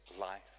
life